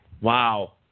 Wow